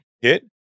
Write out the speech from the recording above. hit